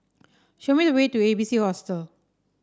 show me the way to A B C Hostel